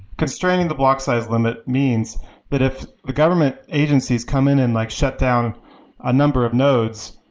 constraining the block size limit means that if the government agencies come in and like shut down a number of nodes,